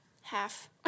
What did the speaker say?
half